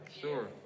Sure